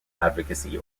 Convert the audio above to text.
advocacy